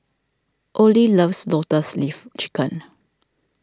Ollie loves Lotus Leaf Chicken